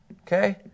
Okay